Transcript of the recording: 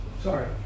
Sorry